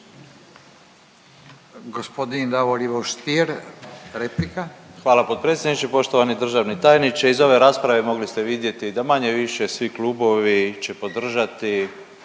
Hvala potpredsjedniče. Poštovani državni tajniče, iz ove rasprave mogli ste vidjeti da manje-više svi klubovi će podržati